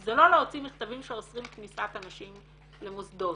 זה לא להוציא מכתבים שאוסרים כניסת אנשים למוסדות.